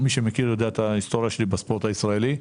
ומי שמכיר יודע את ההיסטוריה שלי בספורט הישראלי.